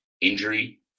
injury